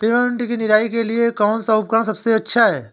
Peppermint की निराई के लिए कौन सा उपकरण सबसे अच्छा है?